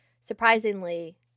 Surprisingly